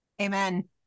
Amen